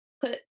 put